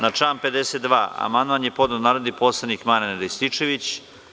Na član 52. amandman je podneo narodni poslanik Marijan Rističević.